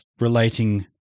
relating